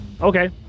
Okay